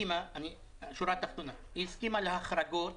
בשורה התחתונה היא הסכימה להחרגות